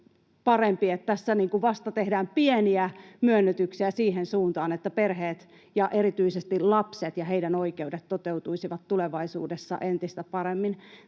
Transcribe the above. tehdään vasta pieniä myönnytyksiä siihen suuntaan, että perheiden ja erityisesti lasten oikeudet toteutuisivat tulevaisuudessa entistä paremmin.